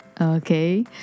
Okay